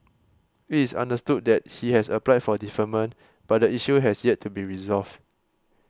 it is understood that he has applied for deferment but the issue has yet to be resolved